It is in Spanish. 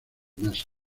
meses